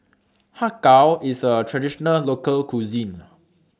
Har Kow IS A Traditional Local Cuisine